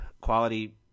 quality